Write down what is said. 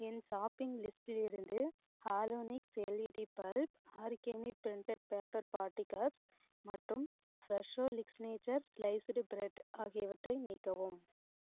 என் shopping லிஸ்ட்டிலிருந்து Halonix LED bulb origami printed paper party cups மற்றும் Fresho signature sliced bread ஆகியவற்றை நீக்கவும்